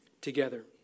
together